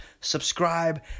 subscribe